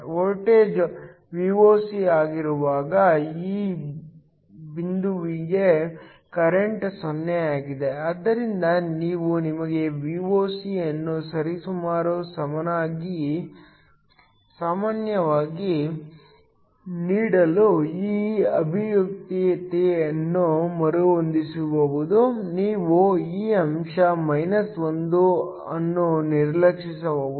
voltage Voc ಆಗಿರುವಾಗ ಈ ಬಿಂದುವಿಗೆ ಕರೆಂಟ್ 0 ಆಗಿದೆ ಆದ್ದರಿಂದ ನಾವು ನಿಮಗೆ Voc ಅನ್ನು ಸರಿಸುಮಾರು ಸಮಾನವಾಗಿ ನೀಡಲು ಈ ಅಭಿವ್ಯಕ್ತಿಯನ್ನು ಮರುಹೊಂದಿಸಬಹುದು ನೀವು ಈ ಅಂಶ 1 ಅನ್ನು ನಿರ್ಲಕ್ಷಿಸಬಹುದು